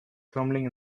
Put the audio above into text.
crumbling